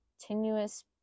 continuous